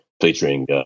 featuring